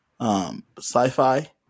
Sci-fi